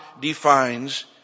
defines